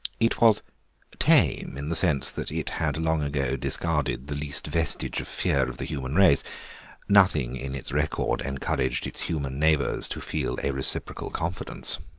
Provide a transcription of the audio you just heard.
it was tame in the sense that it had long ago discarded the least vestige of fear of the human race nothing in its record encouraged its human neighbours to feel a reciprocal confidence.